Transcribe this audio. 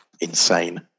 insane